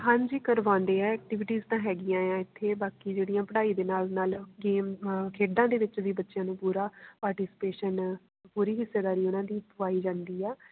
ਹਾਂਜੀ ਕਰਵਾਉਂਦੇ ਹੈ ਐਕਟੀਵਿਟੀਜ਼ ਤਾਂ ਹੈਗੀਆਂ ਹੈ ਇੱਥੇ ਬਾਕੀ ਜਿਹੜੀਆਂ ਪੜ੍ਹਾਈ ਦੇ ਨਾਲ ਨਾਲ ਗੇਮਸ ਆ ਖੇਡਾਂ ਦੇ ਵਿੱਚ ਵੀ ਬੱਚਿਆਂ ਨੂੰ ਪੂਰਾ ਪਾਰਟੀਸਪੇਸ਼ਨ ਪੂਰੀ ਹਿੱਸੇਦਾਰੀ ਉਹਨਾਂ ਦੀ ਪਵਾਈ ਜਾਂਦੀ ਆ